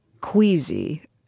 queasy